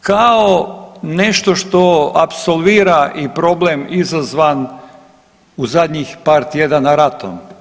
kao nešto što apsolvira i problem izazvan u zadnjih par tjedana ratom.